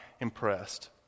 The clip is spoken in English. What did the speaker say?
impressed